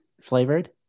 flavored